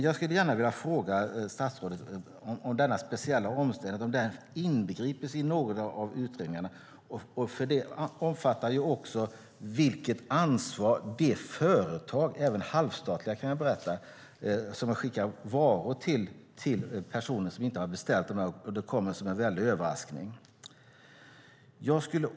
Jag skulle gärna vilja fråga statsrådet om denna speciella omständighet inbegrips i någon av utredningarna. Det omfattar ju också vilket ansvar det företag har som har skickat varor till personer som inte har beställt dem. Det finns också halvstatliga företag som ägnar sig åt detta, kan jag berätta.